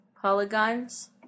Polygons